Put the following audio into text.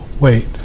wait